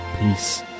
Peace